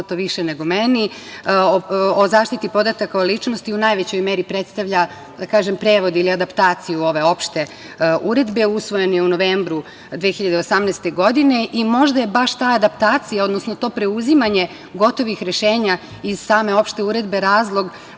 o zaštiti podataka o ličnosti u najvećoj meri predstavlja prevod ili adaptaciju ove Opšte uredbe. Usvojen je u novembru 2018. godine i možda je baš ta adaptacija, odnosno to preuzimanje gotovih rešenja iz same Opšte uredbe razlog